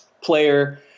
player